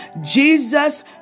Jesus